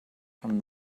from